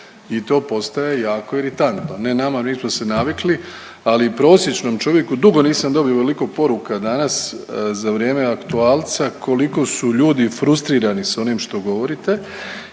i to postaje jako iritantno. Ne nama, mi smo se navikli ali prosječnom čovjeku, dugo nisam dobio ovoliko poruka danas za vrijeme aktualca koliko su ljudi frustrirani sa onim što govorite